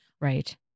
right